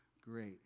great